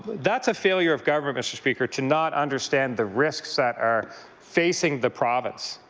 that's a failure of government, mr. speaker, to not understand the risks that are facing the province.